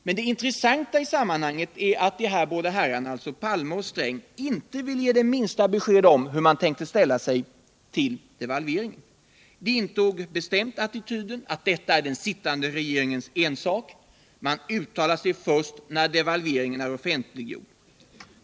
Men det intressanta i sammanhanget är att de båda herrarna, Palme och Sträng, inte ville ge det minsta besked om hur de tänkte ställa sig till devalveringen. De intog bestämt attityden att detta är den sittande regeringens ensak och att man uttalar sig först när devalveringen är offentliggjord.